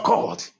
God